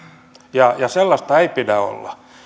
ja sellaista ei pidä olla